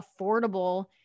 affordable